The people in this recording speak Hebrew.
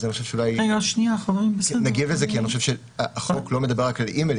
אז אני חושב שכדאי להגיע לזה כי אני חושב שהחוק לא מדבר רק על אימיילים,